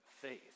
faith